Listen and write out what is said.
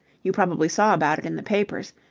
you probably saw about it in the papers.